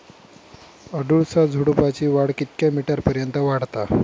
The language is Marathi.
अडुळसा झुडूपाची वाढ कितक्या मीटर पर्यंत वाढता?